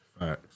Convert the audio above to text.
Right